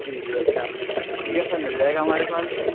جی جی اچھا ٹھیک ہے سر مل جائے گا ہمارے پاس میں